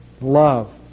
love